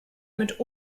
mit